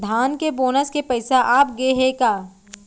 धान के बोनस के पइसा आप गे हे का?